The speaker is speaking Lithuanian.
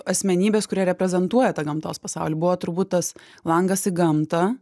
asmenybes kurie reprezentuoja tą gamtos pasaulį buvo turbūt tas langas į gamtą